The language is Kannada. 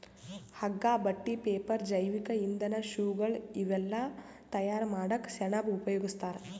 ಹಗ್ಗಾ ಬಟ್ಟಿ ಪೇಪರ್ ಜೈವಿಕ್ ಇಂಧನ್ ಶೂಗಳ್ ಇವೆಲ್ಲಾ ತಯಾರ್ ಮಾಡಕ್ಕ್ ಸೆಣಬ್ ಉಪಯೋಗಸ್ತಾರ್